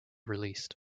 released